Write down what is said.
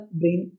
brain